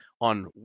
on